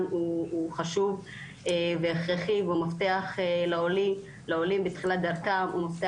הוא חשוב והכרחי לעולים בתחילת דרכם והוא מפתח